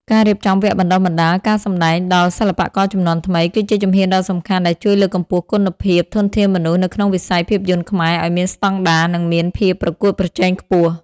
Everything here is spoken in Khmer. ការរៀបចំវគ្គបណ្ដុះបណ្ដាលការសម្ដែងដល់សិល្បករជំនាន់ថ្មី គឺជាជំហានដ៏សំខាន់ដែលជួយលើកកម្ពស់គុណភាពធនធានមនុស្សនៅក្នុងវិស័យភាពយន្តខ្មែរឱ្យមានស្ដង់ដារ និងមានភាពប្រកួតប្រជែងខ្ពស់។